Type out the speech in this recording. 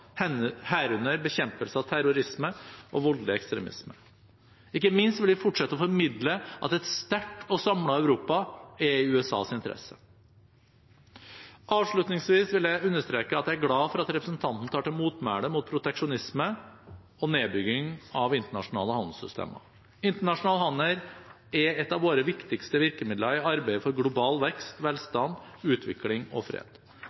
herunder bekjempelse av terrorisme og voldelig ekstremisme. Ikke minst vil vi fortsette å formidle at et sterkt og samlet Europa er i USAs interesse. Avslutningsvis vil jeg understreke at jeg er glad for at representanten tar til motmæle mot proteksjonisme og nedbygging av internasjonale handelssystemer. Internasjonal handel er et av våre viktigste virkemidler i arbeidet for global vekst, velstand, utvikling og fred.